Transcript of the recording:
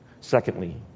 Secondly